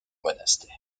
monastère